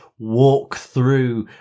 walkthrough